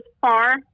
far